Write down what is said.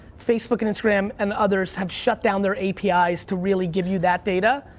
facebook and instagram and others have shut down their apis to really give you that data.